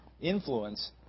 influence